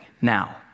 now